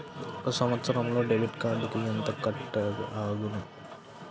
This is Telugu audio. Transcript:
ఒక సంవత్సరంలో డెబిట్ కార్డుకు ఎంత కట్ అగును?